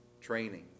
training